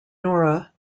nora